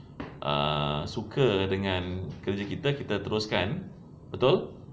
uh suka dengan kerja kita kita teruskan betul